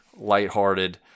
lighthearted